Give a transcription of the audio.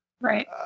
right